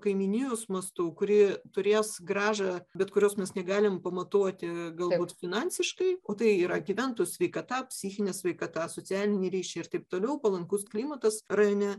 kaimynijos mastu kuri turės grąžą bet kurios mes negalim pamatuoti galbūt finansiškai o tai yra gyventojų sveikata psichinė sveikata socialiniai ryšiai ir taip toliau palankus klimatas rajone